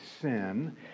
sin